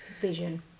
vision